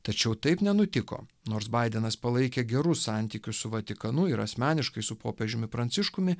tačiau taip nenutiko nors baidenas palaikė gerus santykius su vatikanu ir asmeniškai su popiežiumi pranciškumi